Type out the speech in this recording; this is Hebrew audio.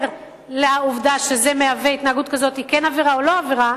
אם התנהגות כזאת מהווה עבירה או לא מהווה עבירה,